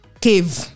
cave